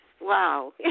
Wow